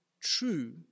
true